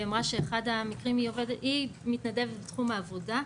היא מתנדבת בתחום העבודה,